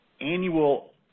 annual